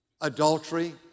adultery